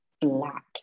black